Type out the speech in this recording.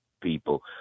people